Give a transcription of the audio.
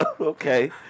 Okay